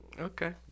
Okay